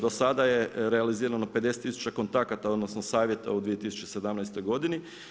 Do sada je realizirano 50000 kontakata, odnosno, savjeta u 2017. godini.